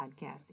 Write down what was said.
podcast